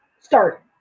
start